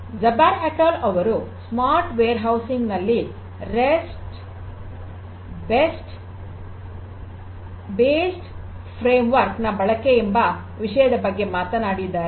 Jabbar et al ಅವರು smart warehousing ನಲ್ಲಿ REST based framework ನ ಬಳಕೆ ಎಂಬ ವಿಷಯದ ಬಗ್ಗೆ ಮಾತನಾಡಿದ್ದಾರೆ